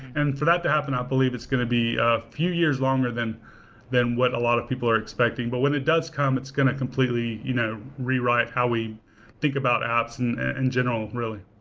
and for that to happen, i believe it's going to be a few years longer than than what a lot of people are expecting. but when it does come, it's going to completely you know rewrite how we think about apps in and general, really.